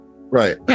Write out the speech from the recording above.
Right